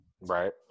Right